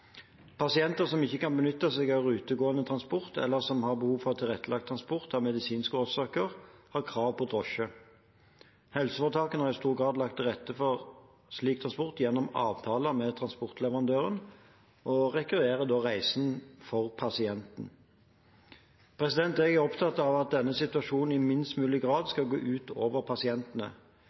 Pasienter som ikke kan benytte seg av rutegående transport, eller som har behov for tilrettelagt transport av medisinske årsaker, har krav på drosje. Helseforetakene har i stor grad lagt til rette for slik transport gjennom avtaler med transportleverandører og rekvirerer da reisen for pasienten. Jeg er opptatt av at denne situasjonen i minst mulig grad skal gå ut over pasientene.